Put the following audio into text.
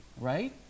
right